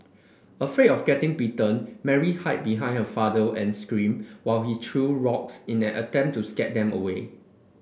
afraid of getting bitten Mary hide behind her father and screamed while he threw rocks in an attempt to scare them away